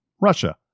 Russia